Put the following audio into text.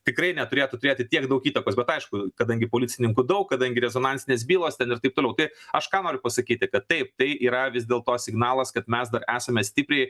tikrai neturėtų turėti tiek daug įtakos bet aišku kadangi policininkų daug kadangi rezonansinės bylos ten ir taip toliau tai aš ką noriu pasakyti kad taip tai yra vis dėl to signalas kad mes dar esame stipriai